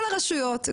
כל הרשויות,